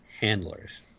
handlers